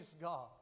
God